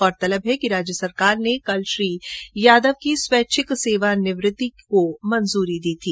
गौरतलब हैं कि राज्य सरकार ने कल श्री यादव की स्वैच्छिक सेवानिवृत्ति को मंजूरी दी थी